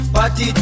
Party